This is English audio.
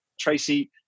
Tracy